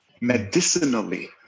medicinally